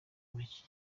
macye